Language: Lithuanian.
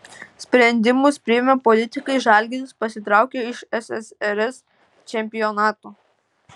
sprendimus priėmė politikai žalgiris pasitraukė iš ssrs čempionato